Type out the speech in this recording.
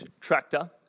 tractor